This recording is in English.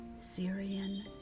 Syrian